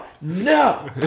No